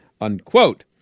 Unquote